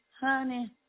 Honey